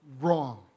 wrong